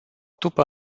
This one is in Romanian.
după